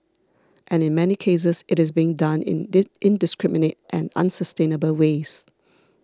and in many cases it is being done in did indiscriminate and unsustainable ways